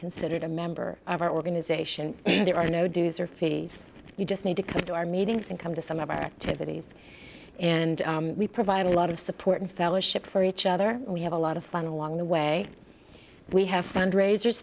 considered a member of our organization there are no dues or fees you just need to come to our meetings and come to some of our activities and we provide a lot of support and fellowship for each other we have a lot of fun along the way we have fundraisers